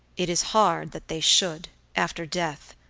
it is hard that they should, after death,